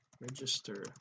register